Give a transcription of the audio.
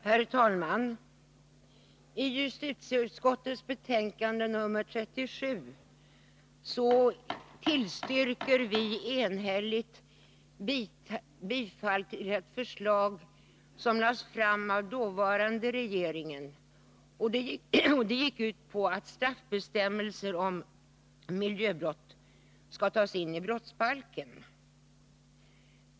Herr talman! I justitieutskottets betänkande nr 37 tillstyrker vi enhälligt bifall till ett förslag som lades fram av dåvarande regeringen. Det gick ut på att straffbestämmelser om miljöbrott skall tas in i brottsbalken.